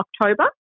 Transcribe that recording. October